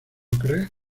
crees